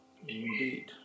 Indeed